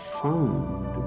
found